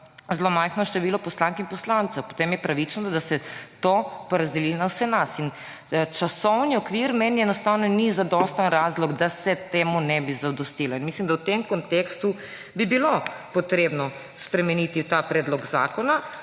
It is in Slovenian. zelo majhno število poslank in poslancev. Potem je pravično, da se to porazdeli na vse nas. Časovni okvir meni enostavno ni zadosten razlog, da se temu ne bi zadostilo. Mislim, da v tem kontekstu bi bilo treba spremeniti ta predlog zakona,